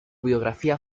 biografía